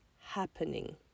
happening